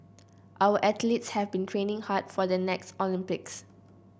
our athletes have been training hard for the next Olympics